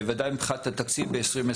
בוודאי מבחינת התקציב, ב-2021.